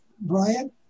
Brian